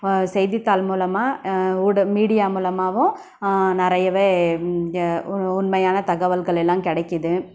செய்தித்தாள் மூலமாக ஊட மீடியா மூலமாகவும் நிறையவே ஏ உ உண்மையான தகவல்கள் எல்லாம் கிடைக்கிது